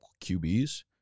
QBs